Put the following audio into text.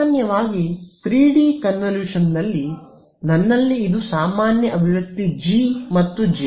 ಸಾಮಾನ್ಯವಾಗಿ 3 ಡಿ ಕನ್ವಿಲೇಶನ್ನಲ್ಲಿ ನನ್ನಲ್ಲಿ ಇದು ಸಾಮಾನ್ಯ ಅಭಿವ್ಯಕ್ತಿ ಜಿ ಮತ್ತು ಜೆ